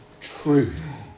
truth